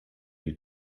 die